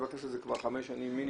הוא אומר: מה זה, זה חוק מרפי?